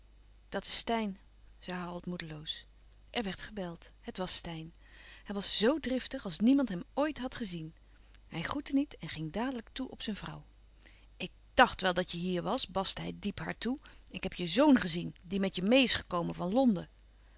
dat is steyn zei harold moedeloos er werd gebeld het was steyn hij was zoo driftig als niemand hem ooit had gezien hij groette niet en ging dadelijk toe op zijn vrouw ik dacht wel dat je hier was baste hij diep haar toe ik heb je zoon gezien die met je meê is gekomen van londen